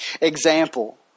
example